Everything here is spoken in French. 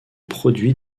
produit